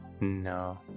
No